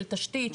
של תשתית,